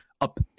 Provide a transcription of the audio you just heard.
up